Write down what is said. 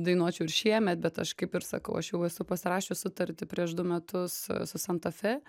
dainuočiau ir šiemet bet aš kaip ir sakau aš jau esu pasirašius sutartį prieš du metus su santa fe